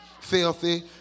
filthy